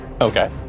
Okay